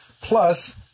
Plus